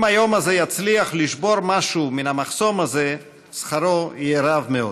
אם היום הזה יצליח לשבור משהו מן המחסום הזה שכרו יהיה רב מאוד.